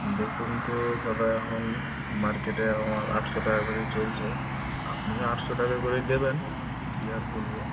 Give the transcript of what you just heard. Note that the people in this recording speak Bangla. বেতন তো দাদা এখন মার্কেটে আমার আটশো টাকা করেই চলছে আপনিও আটশো টাকা করেই দেবেন কি আর বলবো